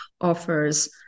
offers